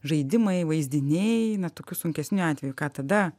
žaidimai vaizdiniai na tokiu sunkesniu atveju ką tada